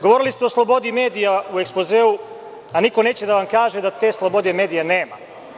Govorili ste o slobodi medija u ekspozeu, a niko neće da vam kaže da te slobode medija nema.